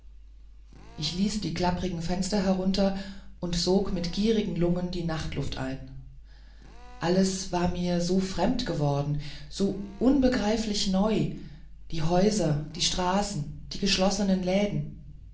ich ließ die klapprigen fenster herunter und sog mit gierigen lungen die nachtluft ein alles war mir so fremd geworden so unbegreiflich neu die häuser die straßen die geschlossenen läden